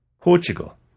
Portugal